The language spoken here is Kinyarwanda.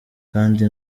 kandi